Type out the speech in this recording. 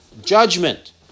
judgment